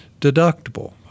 deductible